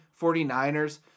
49ers